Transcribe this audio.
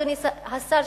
אדוני השר,